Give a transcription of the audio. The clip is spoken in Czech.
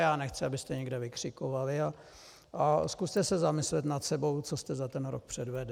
Já nechci, abyste někde vykřikovali, ale zkuste se zamyslet nad sebou, co jste za ten rok předvedli.